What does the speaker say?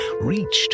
reached